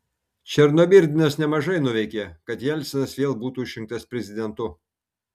černomyrdinas nemažai nuveikė kad jelcinas vėl būtų išrinktas prezidentu